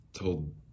told